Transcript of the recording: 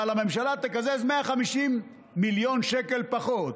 אבל הממשלה תקזז 150 מיליון שקל פחות.